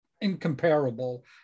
incomparable